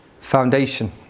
foundation